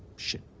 should